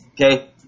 okay